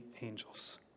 angels